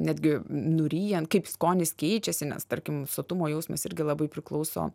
netgi nuryjant kaip skonis keičiasi nes tarkim sotumo jausmas irgi labai priklauso